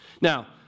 Now